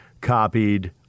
copied